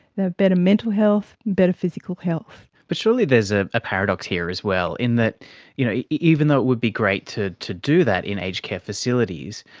they have better mental health and better physical health. but surely there is a paradox here as well in that you know even though it would be great to to do that in aged care facilities,